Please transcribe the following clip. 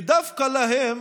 ודווקא להם